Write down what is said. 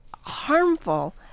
harmful